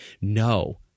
No